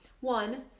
one